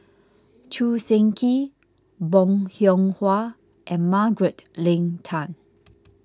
Choo Seng Quee Bong Hiong Hwa and Margaret Leng Tan